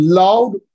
loud